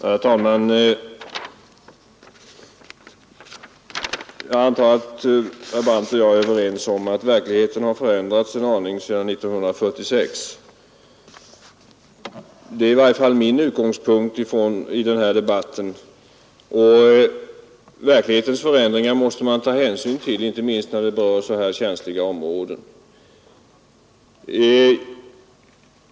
Herr talman! Jag antar att herr Brandt och jag är överens om att verkligheten har förändrats en aning sedan 1946. Det är i varje fall min utgångspunkt i den här debatten och verklighetens förändringar måste man ta hänsyn till, inte minst när de berör så här känsliga områden.